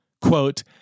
quote